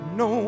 no